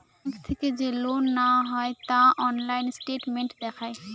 bank থেকে যে loan নেওয়া হয় তা অনলাইন স্টেটমেন্ট দেখায়